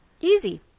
Easy